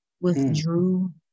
withdrew